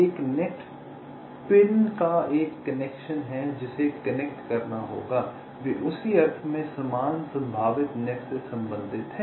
एक net pin का एक कनेक्शन है जिसे कनेक्ट करना होगा वे उसी अर्थ में समान संभावित नेट से संबंधित हैं